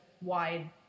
wide